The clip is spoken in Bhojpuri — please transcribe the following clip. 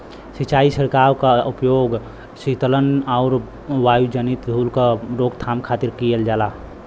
सिंचाई छिड़काव क उपयोग सीतलन आउर वायुजनित धूल क रोकथाम के खातिर भी कइल जाला